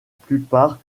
plupart